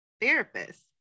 therapist